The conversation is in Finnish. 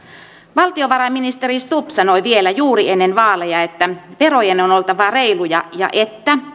valtiovarainministeri stubb sanoi vielä juuri ennen vaaleja että verojen on oltava reiluja ja että